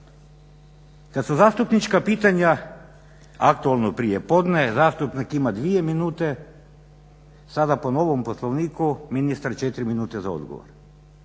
Kada su zastupnička pitanja, aktualno prijepodne zastupnik ima 2 minute, sada po novom Poslovniku ministar 4 minute za odgovor.